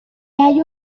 hay